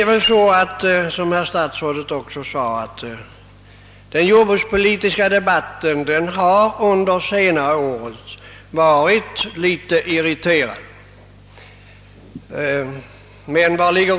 Som statsrådet framhöll har den jordbrukspolitiska debatten under det senaste året varit litet irriterad.